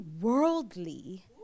worldly